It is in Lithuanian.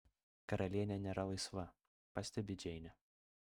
karalienė nėra laisva pastebi džeinė